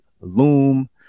Loom